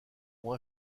ont